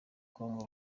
congo